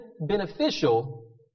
beneficial